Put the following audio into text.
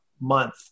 month